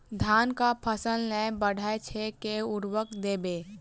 धान कऽ फसल नै बढ़य छै केँ उर्वरक देबै?